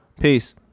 Peace